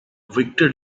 victor